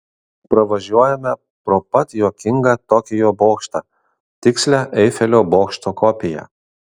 pravažiuojame pro pat juokingą tokijo bokštą tikslią eifelio bokšto kopiją